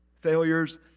failures